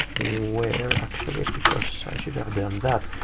where, actually? because i should have done that.